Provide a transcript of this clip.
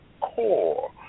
core